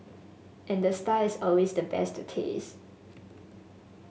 and the star is always the best to taste